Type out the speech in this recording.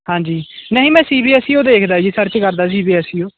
ਹਾਂਜੀ ਨਹੀਂ ਮੈਂ ਸੀ ਬੀ ਐਸ ਈ ਓ ਦੇਖਦਾ ਜੀ ਸਰਚ ਕਰਦਾ ਸੀ ਬੀ ਐਸ ਈ ਓ